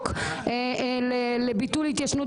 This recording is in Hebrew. הייתה, אדוני היושב ראש, שום היוועצות.